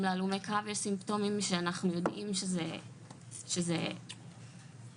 להלומי קרב יש סימפטומים שאנחנו יודעים שזה קבוע